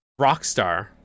Rockstar